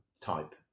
type